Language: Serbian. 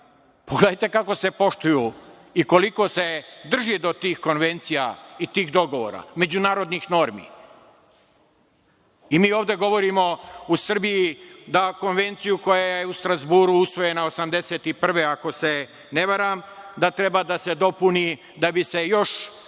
Pogledajte kako se poštuju i koliko se drži do tih konvencija i tih dogovora, međunarodnih normi. I mi ovde govorimo u Srbiji da konvenciju koja je u Strazburu usvojena 1981. godine, ako se ne varam, da treba da se dopuni da bi se još preciznije